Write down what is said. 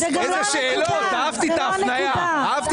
איזה שאלות, אהבתי את ההפניה.